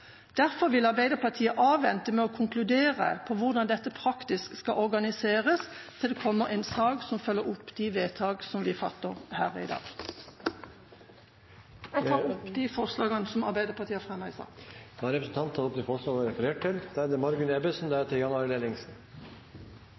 Derfor vil Arbeiderpartiet avvente med å konkludere på hvordan dette praktisk skal organiseres, til det kommer en sak som følger opp de vedtak som vi fatter her i dag. Jeg tar opp forslaget fra Arbeiderpartiet og Senterpartiet i saken. Da har representanten Kari Henriksen tatt opp det forslaget hun refererte til.